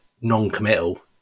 non-committal